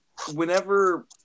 whenever